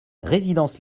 résidence